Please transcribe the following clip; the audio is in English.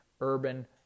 Urban